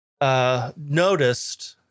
noticed